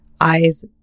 Eyes